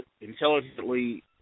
intelligently